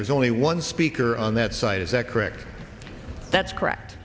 there's only one speaker on that site is that correct that's correct